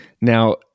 Now